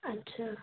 अच्छा